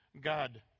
God